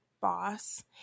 boss